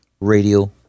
Radio